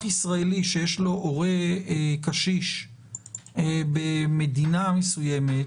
ישראלי שיש לו הורה קשיש במדינה מסוימת,